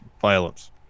Violence